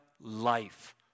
life